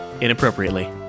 inappropriately